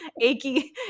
achy